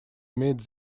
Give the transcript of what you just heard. meet